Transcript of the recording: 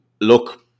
look